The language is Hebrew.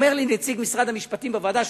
אומר לי נציג משרד המשפטים בוועדה,